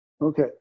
okay